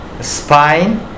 Spine